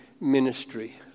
ministry